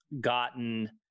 gotten